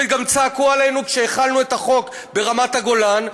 וגם צעקו עלינו כשהחלנו את החוק ברמת הגולן,